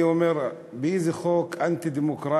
אני אומר: עם איזה חוק אנטי-דמוקרטי